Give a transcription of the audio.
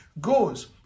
goes